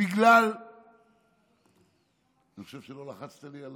שבגלל, אני חושב שלא לחצת לי.